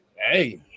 Hey